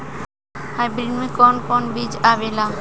Hybrid में कोवन कोवन बीज आवेला?